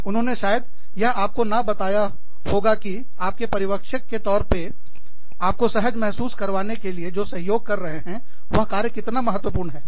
उन्होंने शायद यह आपको नहीं बताया होगा कि आपके पर्यवेक्षक के रूप में आपको सहज महसूस करवाने के लिए जो सहयोग कर रहे हैं वह कार्य कितना महत्वपूर्ण है